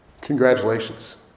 congratulations